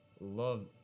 love